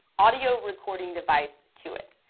audio recording device to it.